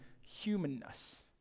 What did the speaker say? humanness